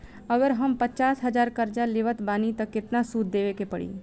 अगर हम पचास हज़ार कर्जा लेवत बानी त केतना सूद देवे के पड़ी?